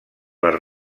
les